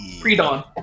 Pre-dawn